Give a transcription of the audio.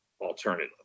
alternative